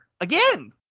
again